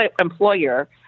employer